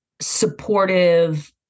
supportive